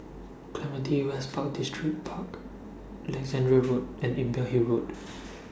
Clementi West Park Distripark Alexandra Road and Imbiah Hill Road